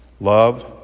love